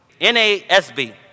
N-A-S-B